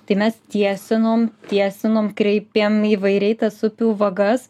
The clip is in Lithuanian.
tai mes tiesinom tiesinom kreipėm įvairiai tas upių vagas